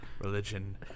religion